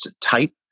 type